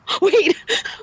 wait